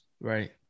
Right